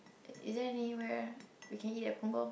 is there anywhere we can eat at Punggol